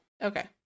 Okay